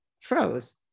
froze